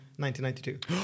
1992